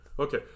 Okay